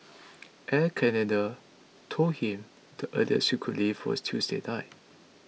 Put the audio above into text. Air Canada told him the earliest he could leave was Tuesday night